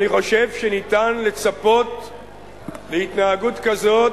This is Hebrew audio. אני חושב שאפשר לצפות להתנהגות כזאת